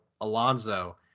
alonso